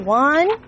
one